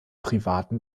privaten